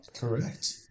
correct